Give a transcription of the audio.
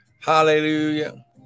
Hallelujah